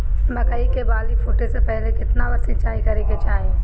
मकई के बाली फूटे से पहिले केतना बार सिंचाई करे के चाही?